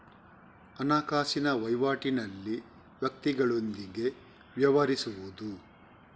ಹಣಕಾಸಿನ ವಹಿವಾಟಿನಲ್ಲಿ ವ್ಯಕ್ತಿಗಳೊಂದಿಗೆ ವ್ಯವಹರಿಸುವುದು